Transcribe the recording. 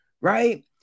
right